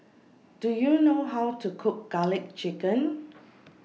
Do YOU know How to Cook Garlic Chicken